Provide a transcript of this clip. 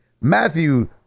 matthew